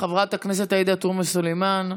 חברת הכנסת עאידה תומא סלימאן.